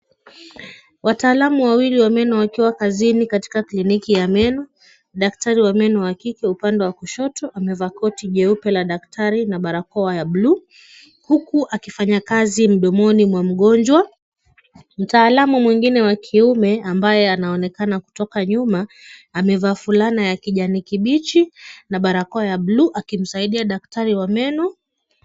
Wataalam wawili wa meno wakiwa kazini katika kiliniki ya meno. Daktari wa meno wa kike upande wa kushoto amevaa koti jeupe la daktari na barakoa la blue , huku akifanya kazi mdomoni mwa mgonjwa. Mtaalam mwingine wa kiume ambaye anaonekana kutoka nyuma avemaa fulana ya kijani kibichi na barakoa ya blue akisaidia daktari wa meno.